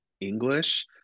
English